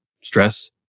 Stress